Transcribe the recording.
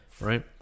right